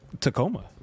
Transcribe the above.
Tacoma